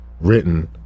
written